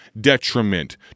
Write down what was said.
detriment